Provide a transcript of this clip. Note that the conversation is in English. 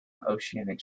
oceanic